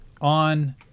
on